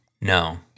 no